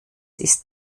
ist